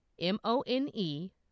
M-O-N-E